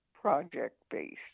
project-based